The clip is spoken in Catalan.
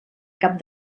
cap